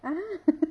ah